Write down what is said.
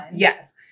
Yes